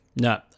no